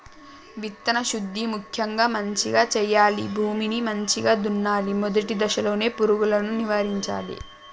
విత్తన శుద్ధి ముక్యంగా మంచిగ చేయాలి, భూమిని మంచిగ దున్నలే, మొదటి దశలోనే పురుగులను నివారించాలే